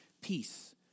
peace